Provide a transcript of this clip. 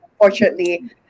unfortunately